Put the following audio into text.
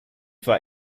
war